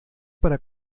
para